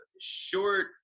short